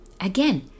Again